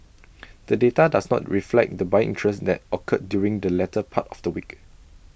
the data does not reflect the buying interest that occurred during the latter part of the week